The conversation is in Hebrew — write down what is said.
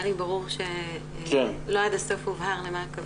לי ברור שלא עד הסוף הובהר למה הכוונה.